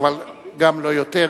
אבל גם לא יותר,